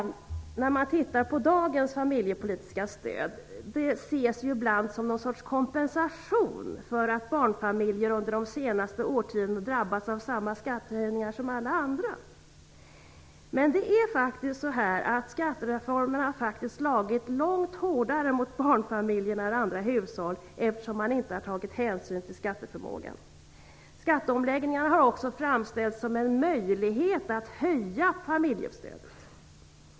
Dagens familjepolitiska stöd ses ju ibland som någon sorts kompensation för att barnfamiljerna under de senaste årtiondena drabbats av samma skattehöjningar som alla andra. Men skattereformen har faktiskt slagit långt hårdare mot barnfamiljerna än mot andra hushåll eftersom man inte har tagit hänsyn till skatteförmågan. Skatteomläggningen har också framställts som en möjlighet att höja familjestödet.